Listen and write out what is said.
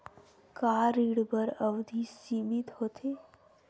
का ऋण बर अवधि सीमित होथे?